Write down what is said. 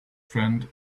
friend